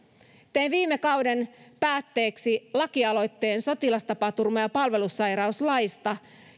tein viime kauden päätteeksi lakialoitteen sotilastapaturma ja palvelusairauslaista